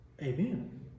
Amen